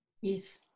Yes